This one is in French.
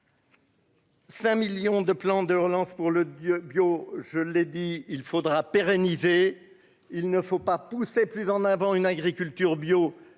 5 millions de plans de relance pour le Dieu bio, je l'ai dit il faudra pérenniser, il ne faut pas pousser plus en avant une agriculture bio